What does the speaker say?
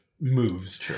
moves